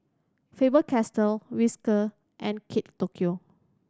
Faber Castell Whiskas and Kate Tokyo